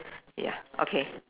ya okay